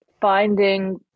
finding